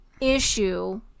issue